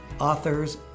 authors